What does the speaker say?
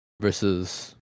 versus